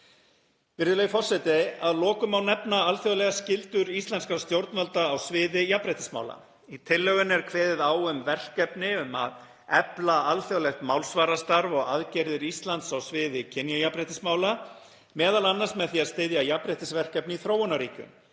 Virðulegi forseti. Að lokum má nefna alþjóðlegar skyldur íslenskra stjórnvalda á sviði jafnréttismála. Í tillögunni er kveðið á um verkefni um að efla alþjóðlegt málsvarastarf og aðgerðir Íslands á sviði kynjajafnréttismála, m.a. með því að styðja jafnréttisverkefni í þróunarríkjunum,